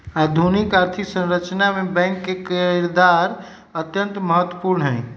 आधुनिक आर्थिक संरचना मे बैंक के किरदार अत्यंत महत्वपूर्ण हई